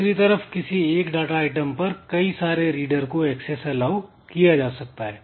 दूसरी तरफ किसी एक डाटा आइटम पर कई सारे रीडर को एक्सेस एलाऊ किया जा सकता है